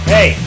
Hey